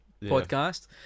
podcast